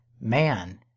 Man